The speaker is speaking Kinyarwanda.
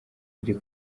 byo